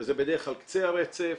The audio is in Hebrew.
וזה בדרך כלל קצה הרצף.